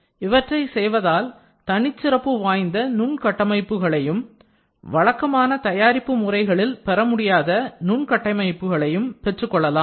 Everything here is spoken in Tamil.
இவற்றை செய்வதால் தனிச்சிறப்பு வாய்ந்த நுண் கட்டமைப்புகளையும் வழக்கமான தயாரிப்பு முறைகளில் பெறமுடியாத நூல் கட்டமைப்புகளையும் பெற்றுக்கொள்ளலாம்